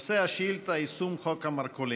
נושא השאילתה: יישום חוק המרכולים.